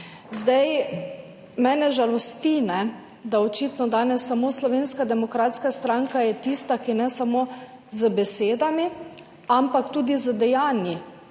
Mene žalosti, da je očitno danes samo Slovenska demokratska stranka tista, ki ne samo z besedami, ampak tudi z dejanji